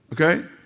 Okay